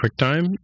QuickTime